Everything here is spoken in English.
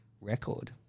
record